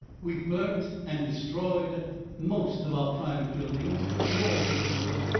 we burnt and destroyed most of our private buildings and all the woodwork,